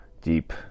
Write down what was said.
deep